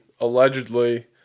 allegedly